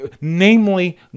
Namely